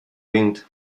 wind